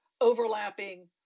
overlapping